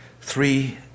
Three